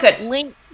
link